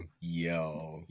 Yo